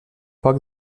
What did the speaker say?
poc